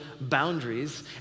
boundaries